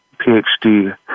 PhD